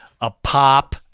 a-pop